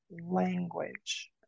language